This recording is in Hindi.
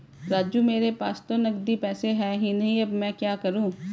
राजू मेरे पास तो नगदी पैसे है ही नहीं अब मैं क्या करूं